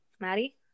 Maddie